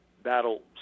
battle